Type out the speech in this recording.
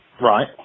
Right